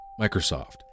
Microsoft